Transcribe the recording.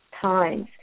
times